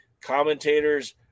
commentators